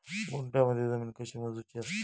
गुंठयामध्ये जमीन कशी मोजूची असता?